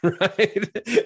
right